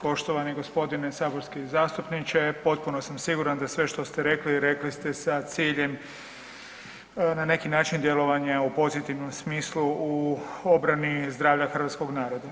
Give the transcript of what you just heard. Poštovani g. saborski zastupniče, potpuno sam siguran da sve što ste rekli, rekli ste sa ciljem na neki način djelovanja u pozitivnom smislu u obranu zdravlja hrvatskog naroda.